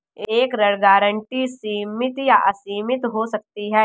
एक ऋण गारंटी सीमित या असीमित हो सकती है